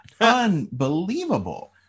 unbelievable